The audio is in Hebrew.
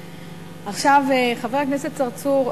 חבר הכנסת צרצור,